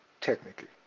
technically